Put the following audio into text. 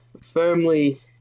firmly